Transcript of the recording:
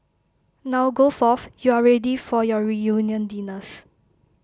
now go forth you are ready for your reunion dinners